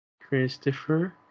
Christopher